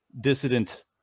dissident